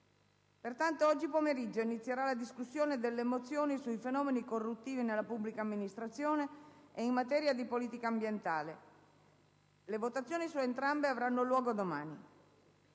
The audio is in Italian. aprile. Oggi pomeriggio inizierà la discussione delle mozioni sui fenomeni corruttivi nella pubblica amministrazione e in materia di politica ambientale. Le votazioni su entrambe avranno luogo domani.